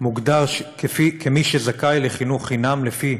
מוגדר כמי שזכאי לחינוך חינם לפי